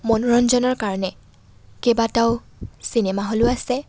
মনোৰঞ্জনৰ কাৰণে কেইবাটাও চিনেমা হলো আছে